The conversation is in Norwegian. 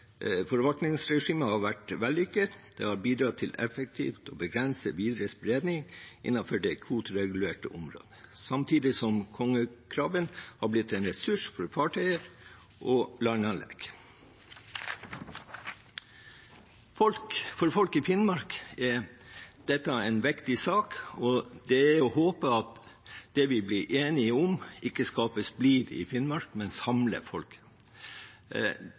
effektivt å begrense videre spredning innenfor det kvoteregulerte området, samtidig som kongekrabben har blitt en ressurs for fartøyer og landanlegg. For folk i Finnmark er dette en viktig sak, og det er å håpe at det vi blir enige om, ikke skaper splid i Finnmark, men samler folk.